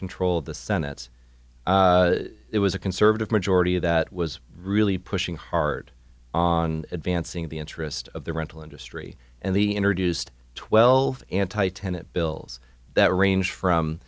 control of the senate's it was a conservative majority that was really pushing hard on advancing the interest of the rental industry and the introduced twelve anti tenet bills that range from